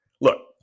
Look